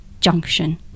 junction